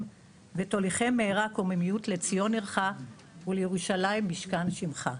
ותוליכם מהרה קוממיות לציון עירך ולירושלים משכן שמך.